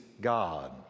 God